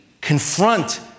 confront